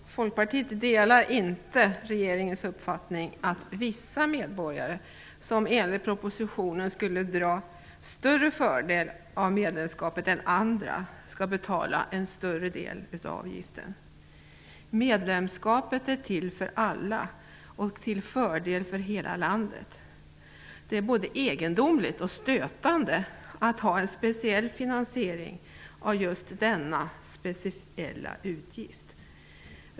Herr talman! Folkpartiet delar inte regeringens uppfattning att vissa medborgare, som enligt propositionen skulle dra större fördel av medlemskapet än andra, skall betala en större del av avgiften. Medlemskapet är till för alla och till fördel för hela landet. Det är både egendomligt och stötande att ha en speciell finansiering av just denna speciella utgift.